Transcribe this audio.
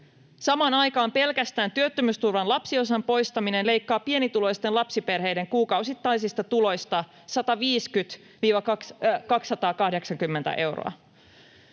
Samaan aikaan pelkästään työttömyysturvan lapsiosan poistaminen leikkaa pienituloisten lapsiperheiden kuukausittaisista tuloista 150—280 euroa.